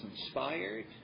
inspired